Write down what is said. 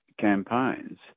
campaigns